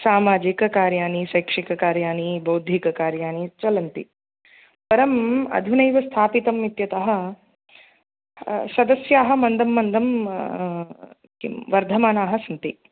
सामाजिककार्याणि शैक्षणिककार्याणि बौद्धिककार्याणि चलन्ति परम् अधुनैव स्थापितम् इत्यतः सदस्याः मन्दं मन्दं किं वर्धमानाः सन्ति